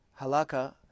Halakha